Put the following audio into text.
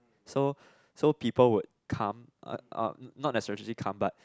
so so people would come uh um not necessarily come but